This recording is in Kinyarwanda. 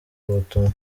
ubutumwa